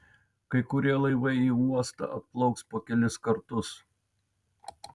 kai kurie laivai į uostą atplauks po kelis kartus